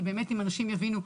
כי באמת אם אנשים יבינו,